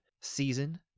season